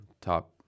top